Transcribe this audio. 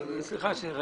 סליחה שאני עוצר